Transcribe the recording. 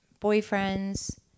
boyfriends